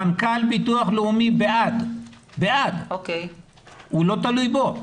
מנכ"ל ביטוח לאומי בעד אבל זה לא תלוי בו.